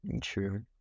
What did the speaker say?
true